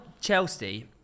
Chelsea